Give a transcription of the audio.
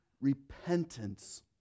repentance